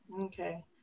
Okay